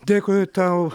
dėkui tau